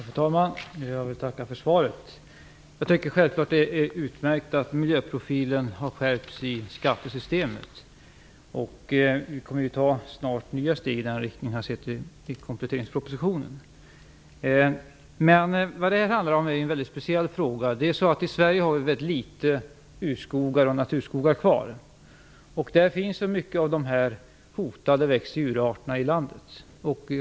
Fru talman! Jag vill tacka för svaret. Jag tycker självfallet att det är utmärkt att miljöprofilen har skärpts i skattesystemet. Vi kommer snart att ta nya steg i den riktningen, om jag ser till kompletteringspropositionen. Men här handlar det om en mycket speciell fråga. I Sverige har vi kvar mycket få urskogar och naturskogar. Där finns många av de hotade väst och djurarterna i landet.